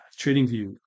TradingView